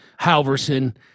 Halverson